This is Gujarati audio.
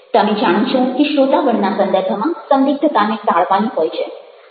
તમે જાણો છો કે શ્રોતાગણના સંદર્ભમાં સંદિગ્ધતાને ટાળવાની હોય છે